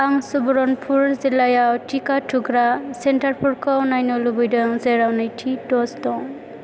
आं सुवर्नपुर जिल्लायाव थिखा थुग्रा सेन्टारफोरखौ नायनो लुबैदों जेराव नैथि डज दं